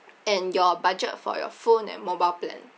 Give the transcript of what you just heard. and your budget for your phone and mobile plan